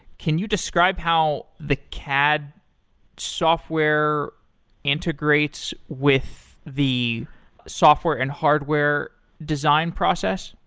can you describe how the cad software integrates with the software and hardware design process?